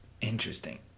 Interesting